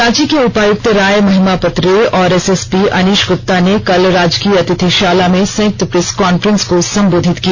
रांची के उपायुक्त राय महिमापत रे और एसएसपी अनीश गुप्ता ने कल राजकीय अतिथिशाला में संयुक्त प्रेस कॉन्फ्रेंस को संबोधित किया